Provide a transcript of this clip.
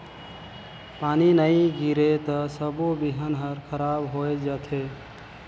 पानी नई गिरे त सबो बिहन हर खराब होए जथे